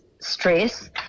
stress